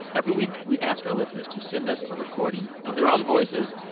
every week, we ask our listeners to send us a recording of their own voices.